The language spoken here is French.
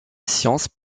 sciences